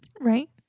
Right